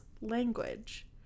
language